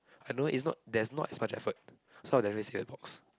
I don't know is not there's not as much effort so I'll definitely say a box